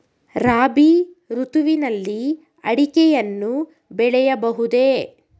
ರಾಬಿ ಋತುವಿನಲ್ಲಿ ಅಡಿಕೆಯನ್ನು ಬೆಳೆಯಬಹುದೇ?